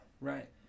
Right